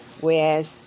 Whereas